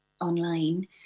online